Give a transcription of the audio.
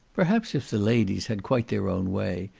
perhaps if the ladies had quite their own way,